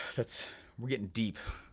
that's we're getting deep.